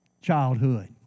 childhood